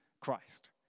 Christ